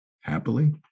happily